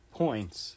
points